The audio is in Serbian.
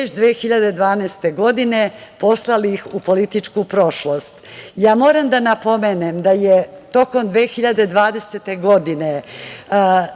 2012. godine poslali ih u političku prošlost. Moram da napomenem da tokom 2020. godine